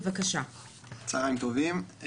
צהריים טובים,